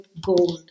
gold